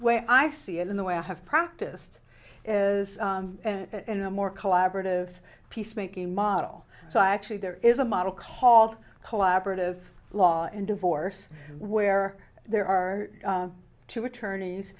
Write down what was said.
way i see it in the way i have practiced is in a more collaborative peacemaking model so actually there is a model called collaborative law and divorce where there are two attorneys